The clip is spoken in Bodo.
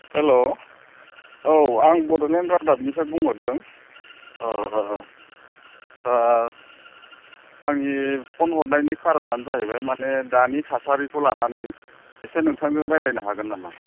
हेल' औ आं बड'लेण्ड रादाबनिफ्राय बुंहरदों दा आंनि फन हरनायनि कारनानो जाहैबाय माने दानि थासारिखौ लानानै एसे नोंथांजों रायलायनो हागोन नामा